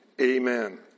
amen